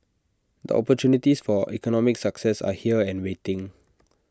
the opportunities for economic success are here and waiting